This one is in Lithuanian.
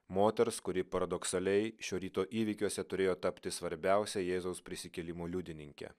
moters kuri paradoksaliai šio ryto įvykiuose turėjo tapti svarbiausia jėzaus prisikėlimo liudininke